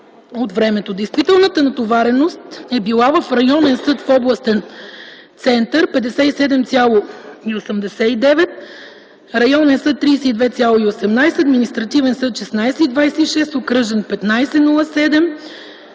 от времето. Действителната натовареност е била: районен съд в областен център – 57,89, районен съд – 32,18, административен съд – 16,29, окръжен съд